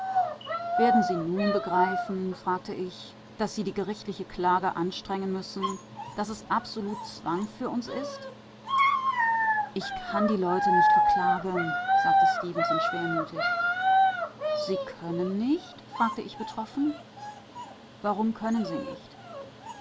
werden sie nun begreifen fragte ich daß sie die gerichtliche klage anstrengen müssen daß es absolut zwang für uns ist ich kann die leute nicht verklagen sagte stefenson schwermütig sie können nicht fragte ich betroffen warum können sie nicht